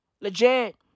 Legit